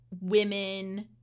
women